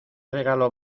regalo